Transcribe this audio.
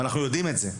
אנחנו יודעים את זה.